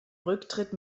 rücktritt